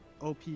OP